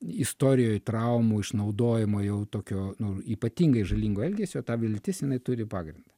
istorijoj traumų išnaudojimo jau tokio nu ypatingai žalingo elgesio ta viltis jinai turi pagrindą